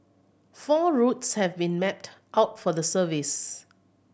four routes have been mapped out for the service